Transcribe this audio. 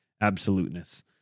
absoluteness